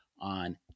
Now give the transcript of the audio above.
On